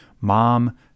Mom